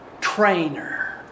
trainer